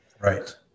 Right